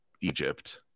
Egypt